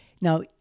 Now